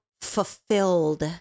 fulfilled